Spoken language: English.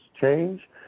change